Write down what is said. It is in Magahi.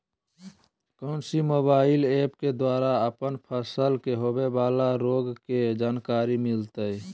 कौन सी मोबाइल ऐप के द्वारा अपन फसल के होबे बाला रोग के जानकारी मिलताय?